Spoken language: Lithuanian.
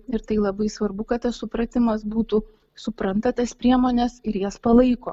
ir tai labai svarbu kad tas supratimas būtų supranta tas priemones ir jas palaiko